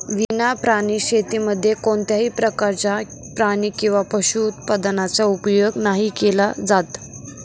विना प्राणी शेतीमध्ये कोणत्याही प्रकारच्या प्राणी किंवा पशु उत्पादनाचा उपयोग नाही केला जात